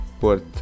worth